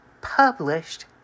published